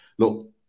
Look